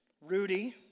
Rudy